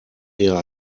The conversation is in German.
eher